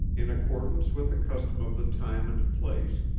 in accordance with a custom of the time and place,